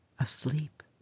Asleep